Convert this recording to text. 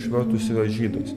išvertus yra žydas